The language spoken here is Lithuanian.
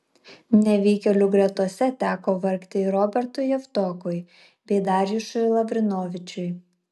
nevykėlių gretose teko vargti ir robertui javtokui bei darjušui lavrinovičiui